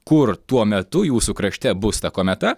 kur tuo metu jūsų krašte bus ta kometa